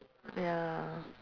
ya